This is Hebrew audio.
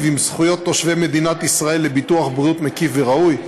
את זכויות תושבי מדינת ישראל לביטוח בריאות מקיף וראוי,